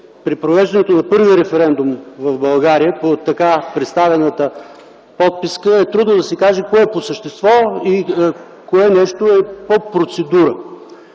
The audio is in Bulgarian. при провеждането на първия референдум в България по така представената подписка е трудно да се каже кое е по същество и кое нещо е по процедура.